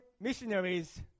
missionaries